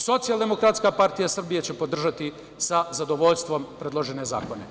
Socijaldemokratska partija Srbije će podržati sa zadovoljstvom predložene zakone.